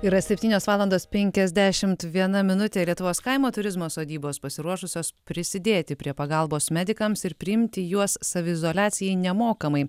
yra septynios valandos penkiasdešimt viena minutė lietuvos kaimo turizmo sodybos pasiruošusios prisidėti prie pagalbos medikams ir priimti juos saviizoliacijai nemokamai